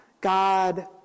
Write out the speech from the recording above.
God